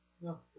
No